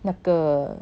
那个